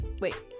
wait